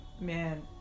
man